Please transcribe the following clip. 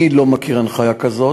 אני לא מכיר הנחיה כזאת,